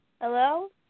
Hello